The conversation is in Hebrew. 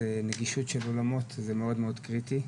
נגישות של אולמות זה מאוד מאוד קריטי.